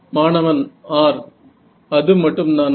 மாணவன் r அது மட்டும் தானா